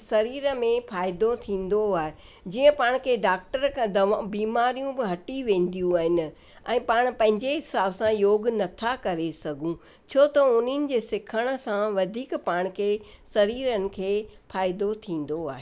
शरीर में फ़ाइदो थींदो आहे जीअं पाण खे डॉक्टर खां दवा बीमारियूं बि हटी वेंदियूं आहिनि ऐं पाण पंहिंजे हिसाब सां योग नथा करे सघूं छो त उन्हनि जे सिखण सां वधीक पाण खे शरीरनि खे फ़ाइदो थींदो आहे